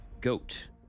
Goat